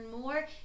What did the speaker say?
more